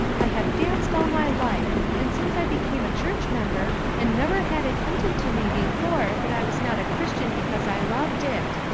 i have danced all my life, and since i became a church-member, and never had it hinted to me before that i was not a christian because i loved it.